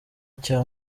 cya